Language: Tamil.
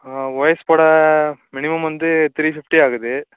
ஓஎஸ் போட மினிமம் வந்து த்ரீ ஃபிஃப்டி ஆகுது